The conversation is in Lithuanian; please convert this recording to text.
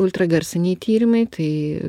ultragarsiniai tyrimai tai